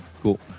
Cool